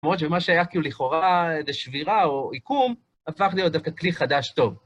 למרות שמה שהיה כאילו לכאורה איזה שבירה או עיקום, הפך להיות דווקא כלי חדש טוב.